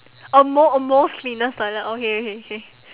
a mo~ a most cleanest toilet okay okay K